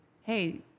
Hey